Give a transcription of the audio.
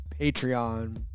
patreon